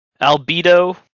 Albedo